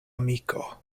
amiko